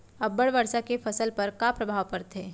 अब्बड़ वर्षा के फसल पर का प्रभाव परथे?